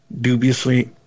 dubiously